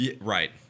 right